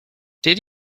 did